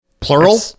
Plural